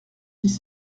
dix